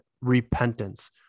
repentance